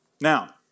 Now